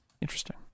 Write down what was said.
Interesting